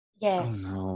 yes